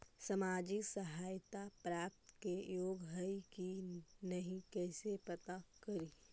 सामाजिक सहायता प्राप्त के योग्य हई कि नहीं कैसे पता करी?